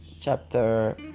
chapter